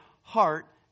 heart